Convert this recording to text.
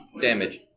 damage